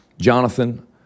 Jonathan